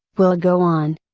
will go on.